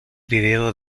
vídeo